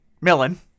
Millen